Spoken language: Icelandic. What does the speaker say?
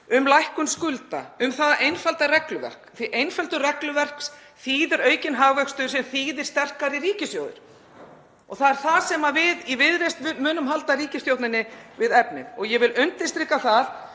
um lækkun skulda, um það að einfalda regluverk, því að einföldun regluverks þýðir aukinn hagvöxt sem þýðir sterkari ríkissjóð. Það er þar sem við í Viðreisn munum halda ríkisstjórninni við efnið. Ég vil undirstrika það